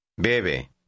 Bebe